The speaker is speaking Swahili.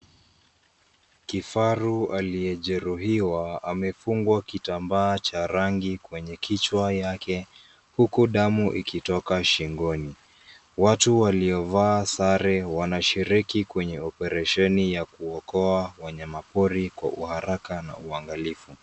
Kifaru aliyejeruhiwa ,amefungwa kitambaa cha rangi kwenye kichwa yake huku damu ikitoka shingoni. Watu waliovaa sare ,wanashiriki kwenye oparesheni ya kuokoa wanyama pori kwa haraka na uangalifu.